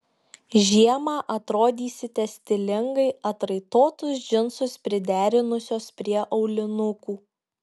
žiemą atrodysite stilingai atraitotus džinsus priderinusios prie aulinukų